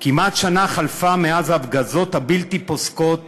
כמעט שנה חלפה מאז ההפגזות הבלתי-פוסקות